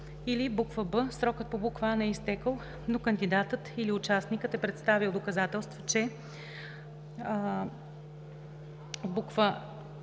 или б) срокът по буква „а“ не е изтекъл, но кандидатът или участникът е представил доказателства, че: аа)